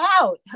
out